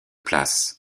places